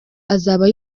azaba